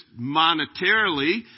monetarily